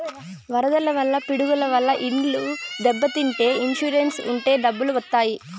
వరదల వల్ల పిడుగుల వల్ల ఇండ్లు దెబ్బతింటే ఇన్సూరెన్స్ ఉంటే డబ్బులు వత్తాయి